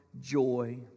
joy